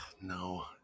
No